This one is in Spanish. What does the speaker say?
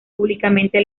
públicamente